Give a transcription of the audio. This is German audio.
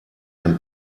dem